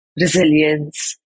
resilience